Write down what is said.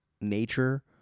nature